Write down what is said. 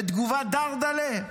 ותגובה דרדלה?